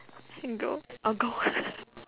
go~ orh gold